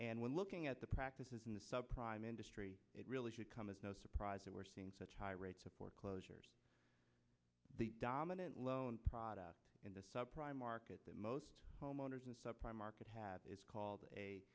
and when looking at the practices in the sub prime industry it really should come as no surprise that we're seeing such high rates of foreclosures the dominant loan product in the subprime market that most homeowners and subprime market have is called